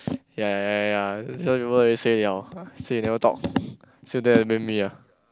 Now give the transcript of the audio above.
yeah yeah yeah yeah some people they say yeah say you never talk still dare to make me ah